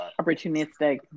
opportunistic